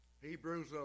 Hebrews